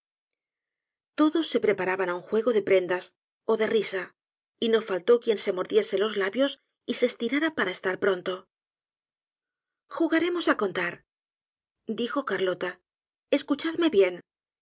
todos se preparaban á un juego de prendas ó de risa y no faltó quien se mordiese los labios y se estirara para estar pronto jugaremos á contar dijo carlota escuchadme bien